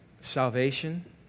Salvation